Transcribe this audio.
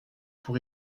pour